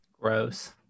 Gross